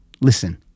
Listen